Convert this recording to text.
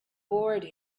board